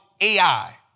AI